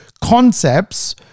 concepts